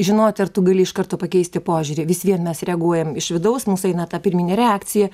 žinoti ar tu gali iš karto pakeisti požiūrį vis vien mes reaguojam iš vidaus mūsų eina ta pirminė reakcija